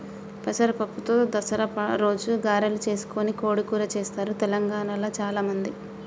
పెసర పప్పుతో దసరా రోజు గారెలు చేసుకొని కోడి కూర చెస్తారు తెలంగాణాల చాల మంది